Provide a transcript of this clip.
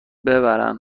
ببرن